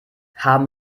haben